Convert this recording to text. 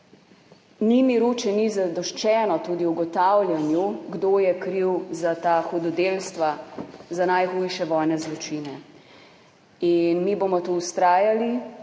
ni miru, če ni zadoščeno tudi ugotavljanju, kdo je kriv za ta hudodelstva, za najhujše vojne zločine. In mi bomo tu vztrajali,